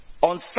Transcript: On